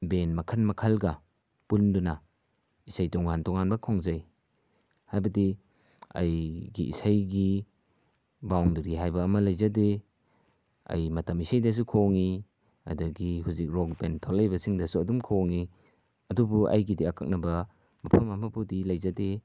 ꯕꯦꯟ ꯃꯈꯟ ꯃꯈꯜꯒ ꯄꯨꯟꯗꯨꯅ ꯏꯁꯩ ꯇꯣꯉꯥꯟ ꯇꯣꯉꯥꯟꯕ ꯈꯣꯡꯖꯩ ꯍꯥꯏꯕꯗꯤ ꯑꯩꯒꯤ ꯏꯁꯩꯒꯤ ꯕꯥꯎꯟꯗꯔꯤ ꯍꯥꯏꯕ ꯑꯃ ꯂꯩꯖꯗꯦ ꯑꯩ ꯃꯇꯝ ꯏꯁꯩꯗꯖꯨ ꯈꯣꯡꯏ ꯑꯗꯒꯤ ꯍꯨꯖꯤꯛ ꯔꯣꯛ ꯕꯦꯟ ꯊꯣꯛꯂꯛꯏꯕ ꯁꯤꯡꯗꯁꯨ ꯑꯗꯨꯝ ꯈꯣꯡꯏ ꯑꯗꯨꯕꯨ ꯑꯩꯒꯤꯗꯤ ꯑꯀꯛꯅꯕ ꯃꯐꯝ ꯑꯃꯕꯨꯗꯤ ꯂꯩꯖꯗꯦ